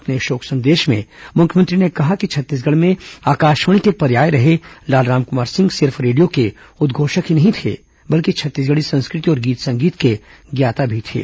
अपने शोक संदेश में मुख्यमंत्री ने कहा कि छत्तीसगढ़ में आकाशवाणी के पर्याय रहे लाल रामकुमार सिंह सिर्फ रेडियो के उदघोषक ही नहीं थे बल्कि छत्तीसगढी संस्कृति और गीत संगीत के ज्ञाता भी थे